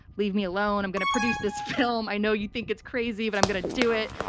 leave me alone. i'm going to produce this film. i know you think it's crazy, but i'm going to do it.